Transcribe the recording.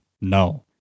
No